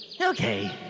Okay